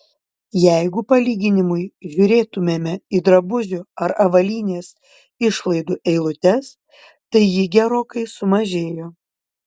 jeigu palyginimui žiūrėtumėme į drabužių ar avalynės išlaidų eilutes tai ji gerokai sumažėjo